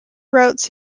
routes